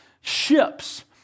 ships